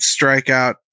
strikeout